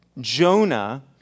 Jonah